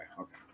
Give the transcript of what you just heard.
okay